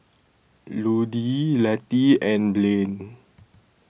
Ludie Lettie and Blain